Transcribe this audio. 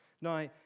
Now